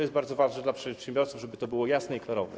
Jest bardzo ważne dla przedsiębiorców, żeby to było jasne i klarowne.